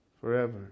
forever